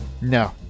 no